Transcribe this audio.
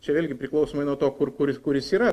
čia vėlgi priklausomai nuo to kur kur kur jis yra